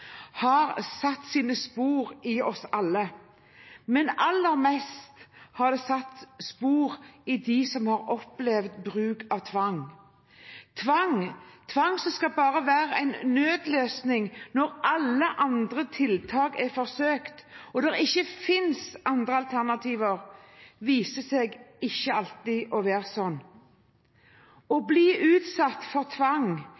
har satt sine spor i oss alle. Men aller mest har det satt spor i dem som har opplevd bruk av tvang. Tvang, som skal være en nødløsning bare når alle andre tiltak er forsøkt, og det ikke finnes andre alternativer, viser seg ikke alltid å bli brukt på den måten. Å bli utsatt for tvang